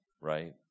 right